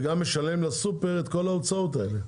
וגם משלם לסופר את כל ההוצאות האלה.